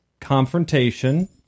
confrontation